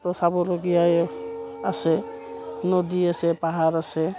তো চাবলগীয়া এয়াই আছে নদী আছে পাহাৰ আছে